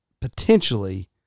potentially